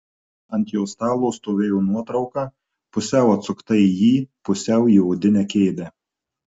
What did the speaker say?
ant jo stalo stovėjo nuotrauka pusiau atsukta į jį pusiau į odinę kėdę